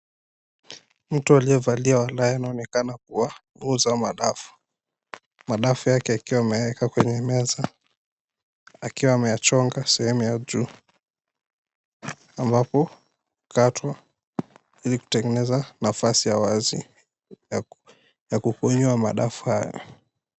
Mtu aliyevalia walahi anaonekana kuuza madafu. Madafu yake akiwa ameyaweka kwenye meza, akiwa ameyachonga sehemu ya juu, ambapo hukatwa ili kutengeneza nafasi ya wazi ya kukunywa madafu haya.